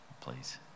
please